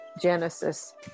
Genesis